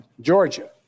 Georgia